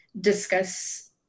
discuss